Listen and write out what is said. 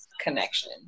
connection